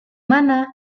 mana